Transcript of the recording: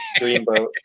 dreamboat